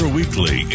Weekly